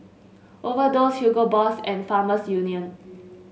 Overdose Hugo Boss and Farmers Union